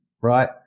right